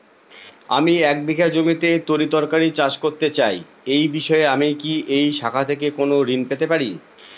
আমি এক বিঘা জমিতে তরিতরকারি চাষ করতে চাই এই বিষয়ে আমি কি এই শাখা থেকে কোন ঋণ পেতে পারি?